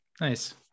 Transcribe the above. Nice